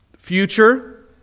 future